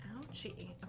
Ouchie